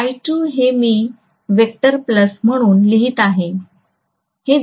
I2 हे मी vector plus म्हणून लिहित आहे